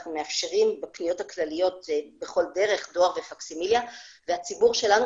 אנחנו מאפשרים בפניות הכלליות בכל דרך דואר ופקסימיליה והציבור שלנו,